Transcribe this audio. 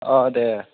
दे